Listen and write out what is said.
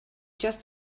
just